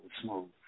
smooth